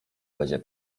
będzie